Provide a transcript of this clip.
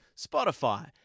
Spotify